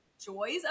joys